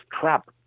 trapped